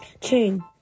Chain